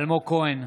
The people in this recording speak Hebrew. אלמוג כהן,